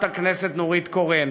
חברת הכנסת נורית קורן.